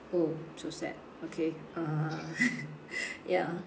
orh so sad okay uh ya